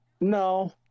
No